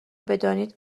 بدانید